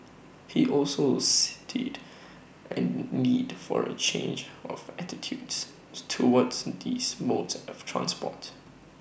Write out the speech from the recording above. he also cited A need for A change of attitudes towards these modes of transport